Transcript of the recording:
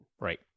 right